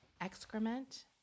excrement